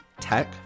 tech